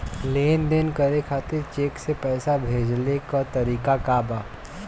लेन देन करे खातिर चेंक से पैसा भेजेले क तरीकाका बा?